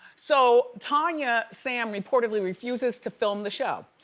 so tanya sam reportedly refuses to film the show.